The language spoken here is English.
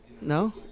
No